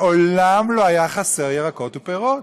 מעולם לא היו חסרים ירקות ופירות,